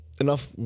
enough